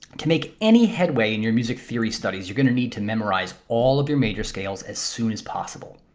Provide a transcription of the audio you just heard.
to make any headway in your music theory studies you're gonna need to memorize all of your major scales as soon as possible.